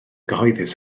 gyhoeddus